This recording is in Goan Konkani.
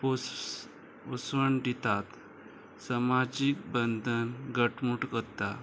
पोस पुसवण दितात समाजीक बंधन घटमूट कोत्ता